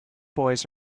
boys